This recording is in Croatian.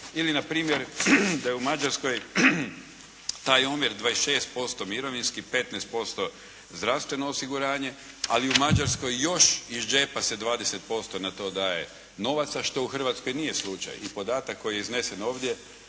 Ili na primjer da je u Mađarskoj taj omjer 26% mirovinski, 15% zdravstveno osiguranje, ali u Mađarskoj još iz džepa se 20% na to daje novaca što u Hrvatskoj nije slučaj. I podatak koji je iznesen ovdje